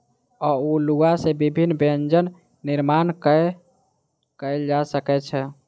अउलुआ सॅ विभिन्न व्यंजन निर्माण कयल जा सकै छै